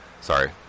sorry